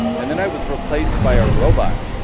and then i was replaced by a robot.